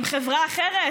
הם חברה אחרת?